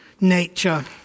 nature